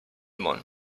món